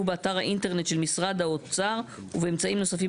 באתר האינטרנט של משרד האוצר ובאמצעים נוספים,